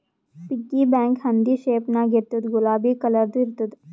piggy bank ಹಂದಿ shape ನಾಗ್ ಇರ್ತುದ್ ಗುಲಾಬಿ ಕಲರ್ದು ಇರ್ತುದ್